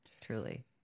truly